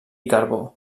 carbó